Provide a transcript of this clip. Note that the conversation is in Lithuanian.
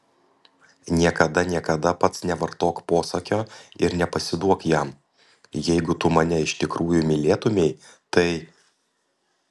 niekada niekada pats nevartok posakio ir nepasiduok jam jeigu tu mane iš tikrųjų mylėtumei tai